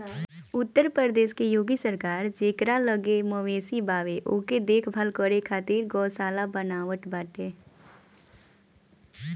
उत्तर प्रदेश के योगी सरकार जेकरा लगे मवेशी बावे ओके देख भाल करे खातिर गौशाला बनवावत बाटे